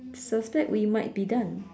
suspect we might be done